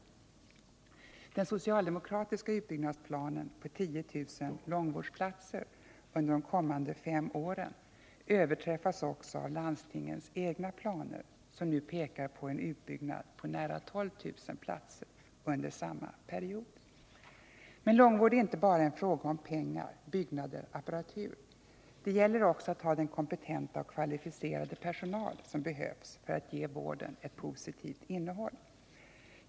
Den socialdemokratiska utbyggnadsplanen på 10 000 långvårdsplatser under de kommande fem åren överträffas också av landstingens egna planer, som nu pekar mot en utbyggnad på nära 14 000 platser under samma period. Men långvård är inte bara en fråga om pengar, byggnader och apparatur. Det gäller också att ha den kompetenta och kvalificerade personal som behövs för att ge vården ett positivt innehåll.